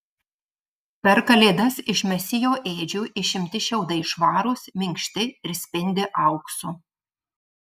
per kalėdas iš mesijo ėdžių išimti šiaudai švarūs minkšti ir spindi auksu